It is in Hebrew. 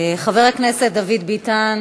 חבר הכנסת דוד ביטן,